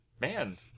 man